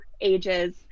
ages